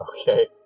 okay